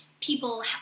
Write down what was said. people